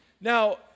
Now